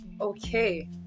Okay